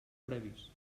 previs